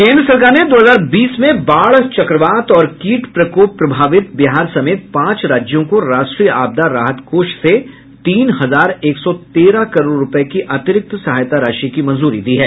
केन्द्र सरकार ने दो हजार बीस में बाढ़ चक्रवात और कीट प्रकोप प्रभावित बिहार समेत पांच राज्यों को राष्ट्रीय आपदा राहत कोष से तीन हजार एक सौ तेरह करोड़ रुपये की अतिरिक्त सहायता राशि की मंजूरी दे दी है